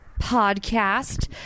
podcast